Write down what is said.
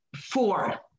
four